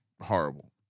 horrible